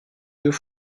deux